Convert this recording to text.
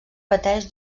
pateix